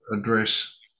address